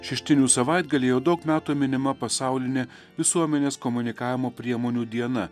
šeštinių savaitgalį jau daug metų minima pasaulinė visuomenės komunikavimo priemonių diena